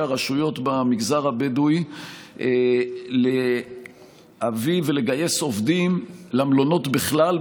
הרשויות במגזר הבדואי להביא ולגייס עובדים למלונות בכלל,